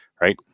right